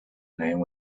name